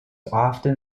often